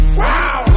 wow